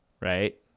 right